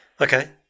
Okay